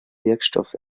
wirkstoff